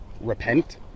repent